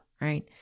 right